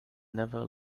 never